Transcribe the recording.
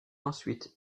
ensuite